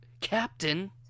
Captain